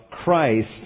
Christ